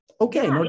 Okay